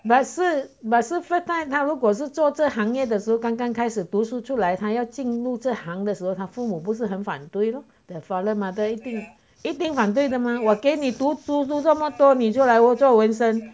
but 是 but 是 first time 他如果是做这一行业的时候刚刚开始读书出来他要进入这行的时候他父母不是很反对 lah the father mother 一定一定反对的吗我给你读读这么多你就来做纹身